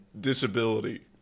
disability